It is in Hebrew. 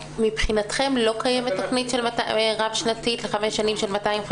מבחינתכם לא קיימת תכנית רב שנתית לחמש שנים של 250 מיליון?